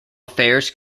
affairs